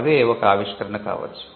అవే ఒక ఆవిష్కరణ కావచ్చు